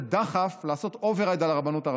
דחף לעשות override על הרבנות הראשית.